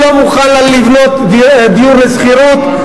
הוא לא מוכן לבנות דיור לשכירות.